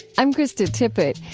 i'm krista tippett,